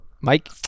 Mike